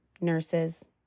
nurses